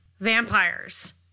Vampires